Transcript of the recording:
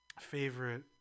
favorite